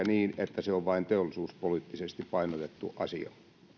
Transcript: niin että se on vain teollisuuspoliittisesti painotettu asia